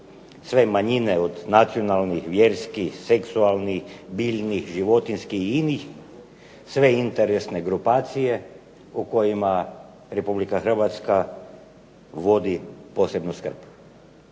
sve manjine, od nacionalnih, vjerskih, seksualnih, biljnih, životinjskih, inih, sve interesne grupacije o kojima Republika Hrvatska vodi posebnu skrb.